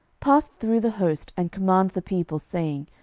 pass through the host, and command the people, saying,